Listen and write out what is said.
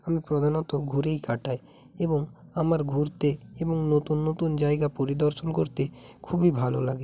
আমি প্রধানত ঘুরেই কাটাই এবং আমার ঘুরতে এবং নতুন নতুন জায়গা পরিদর্শন করতে খুবই ভালো লাগে